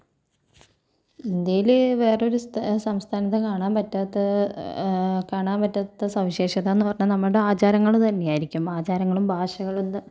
ഇന്ത്യയില് വേറൊരു സ്ഥ സംസ്ഥാനത്തും കാണാൻ പറ്റാത്ത കാണാൻ പറ്റാത്ത സവിശേഷതാന്ന് പറഞ്ഞാൽ നമ്മുടെ ആചാരങ്ങള് തന്നെ ആയിരിക്കും ആചാരങ്ങളും ഭാഷകളും